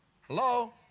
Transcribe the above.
Hello